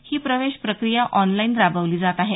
ही प्रवेश प्रक्रिया ऑनलाईन राबवली जात आहे